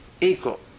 equal